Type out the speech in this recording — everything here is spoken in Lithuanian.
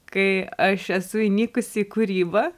kai aš esu įnikusi į kūrybą